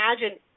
imagine